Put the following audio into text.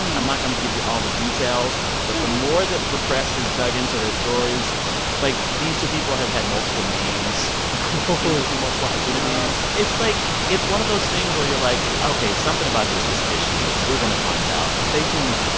i'm not going to give you all the details. but the more that the press has dug into their stories like, these two people have had multiple names seems to be multiple identities. it's, like it's one of those things where you're like, ok, something about this is fishy. we're going to find out. stay tuned.